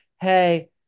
hey